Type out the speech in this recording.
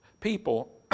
people